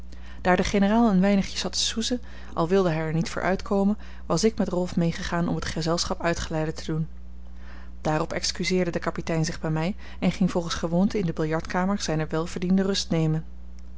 daar de generaal een weinigje zat te soezen al wilde hij er niet voor uitkomen was ik met rolf mee gegaan om het gezelschap uitgeleide te doen daarop excuseerde de kapitein zich bij mij en ging volgens gewoonte in de billardkamer zijne welverdiende